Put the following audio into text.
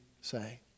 say